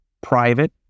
private